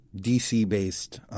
DC-based